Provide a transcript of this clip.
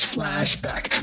Flashback